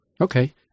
okay